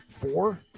four